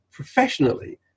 professionally